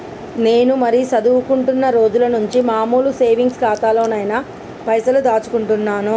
నేను మరీ చదువుకుంటున్నా రోజుల నుంచి మామూలు సేవింగ్స్ ఖాతాలోనే పైసలు దాచుకుంటున్నాను